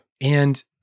and-